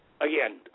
again